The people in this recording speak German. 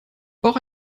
bauch